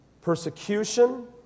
persecution